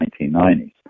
1990s